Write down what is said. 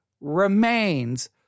remains